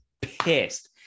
pissed